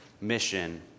mission